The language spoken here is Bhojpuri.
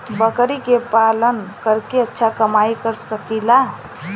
बकरी के पालन करके अच्छा कमाई कर सकीं ला?